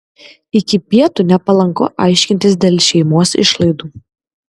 iki pietų nepalanku aiškintis dėl šeimos išlaidų